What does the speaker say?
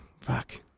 fuck